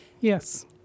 Yes